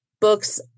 Books